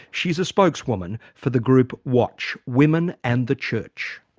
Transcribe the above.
she's a spokeswoman for the group watch women and the church.